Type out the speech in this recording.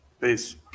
Peace